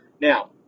Now